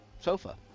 sofa